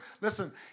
Listen